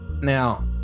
Now